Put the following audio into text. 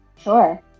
Sure